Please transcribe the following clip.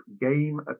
game